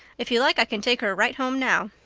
if you like i can take her right home now.